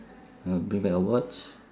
you want to bring back a watch